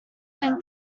can